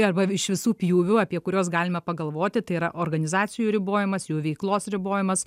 arba iš visų pjūvių apie kuriuos galime pagalvoti tai yra organizacijų ribojimas jų veiklos ribojimas